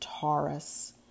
Taurus